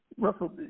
Russell